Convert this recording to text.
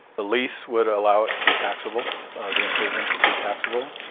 the lease would allow it to be taxable the improvements to be taxable.